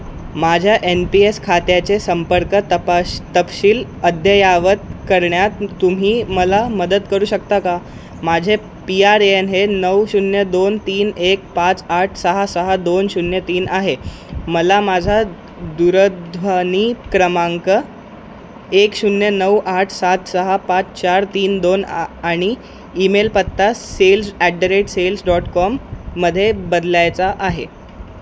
माझ्या N P S खात्याचे संपर्क तपाश तपशील अद्ययावत करण्यात तुम्ही मला मदत करू शकता का माझे पी आर ए एन हे नऊ शून्य दोन तीन एक पाच आठ सहा सहा दोन शून्य तीन आहे मला माझा दूरध्वनी क्रमांक एक शून्य नऊ आठ सात सहा पाच चार तीन दोन आ आणि ईमेल पत्ता sales at the rate sales dot com मध्ये बदलायचा आहे